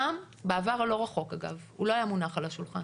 בעבר הלא רחוק הוא לא היה מונח על השולחן,